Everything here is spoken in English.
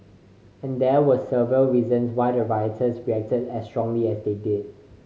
and there were several reasons why the rioters reacted as strongly as they did